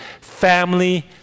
Family